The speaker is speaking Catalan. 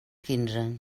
quinze